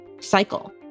cycle